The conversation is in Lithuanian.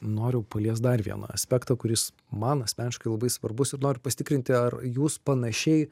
noriu paliest dar vieną aspektą kuris man asmeniškai labai svarbus ir noriu pasitikrinti ar jūs panašiai